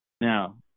Now